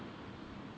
你会被